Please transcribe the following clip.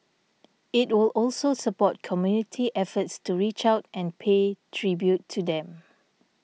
it will also support community efforts to reach out and pay tribute to them